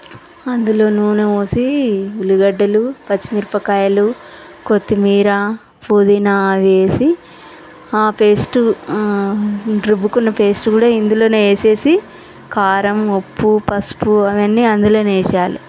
అందులో నూనె పోసి ఉల్లిగడ్డలు పచ్చిమిరపకాయలు కొత్తిమీర పుదీనా అవేసి ఆ పేస్టు రుబ్బుకున్న పేస్టు కూడా ఇందులోనే వేసి కారం ఉప్పు పసుపు అవన్నీ అందులోనే వేసేయాలి